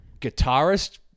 guitarist